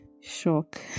shock